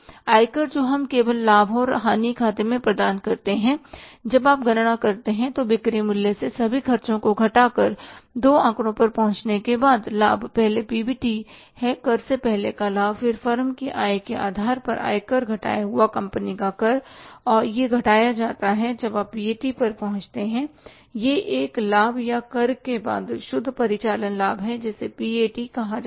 आयकर जो हम केवल लाभ और हानि खाते में प्रदान करते हैं जब आप गणना करते हैं बिक्री मूल्य से सभी खर्चों को घटाकर दो आंकड़ों पर पहुंचने के बाद लाभ पहले पीबीटी है कर से पहले का लाभ फिर फर्म की आय के आधार पर आयकर घटाया हुआ कंपनी कर और यह घटाया जाता है जब आप पीएटी पर पहुंचते हैं यह एक लाभ या कर के बाद शुद्ध परिचालन लाभ है जिसे पीएटी कहा जाता है